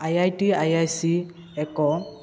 I I T I I C ଏକ